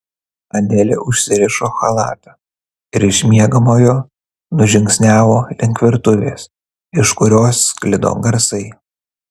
adelė užsirišo chalatą ir iš miegamojo nužingsniavo link virtuvės iš kurios sklido garsai